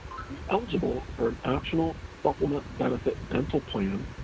to be eligible for an optional supplement benefit dental plan,